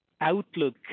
outlook